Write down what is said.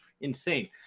insane